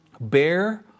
Bear